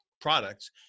products